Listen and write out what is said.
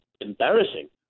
embarrassing